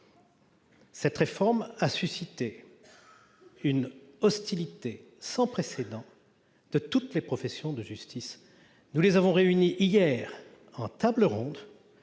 Cette réforme a suscité une hostilité sans précédent de toutes les professions de justice. Nous avons réuni hier leurs